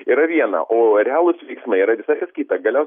yra viena o realūs veiksmai yra visai kas kita galiausiai